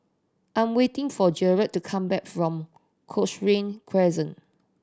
I am waiting for Jered to come back from Cochrane Crescent